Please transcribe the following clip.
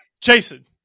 Jason